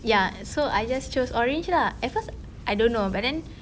ya so I just chose orange lah at first I don't know but then